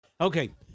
Okay